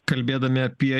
kalbėdami apie